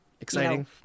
Exciting